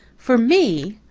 for me!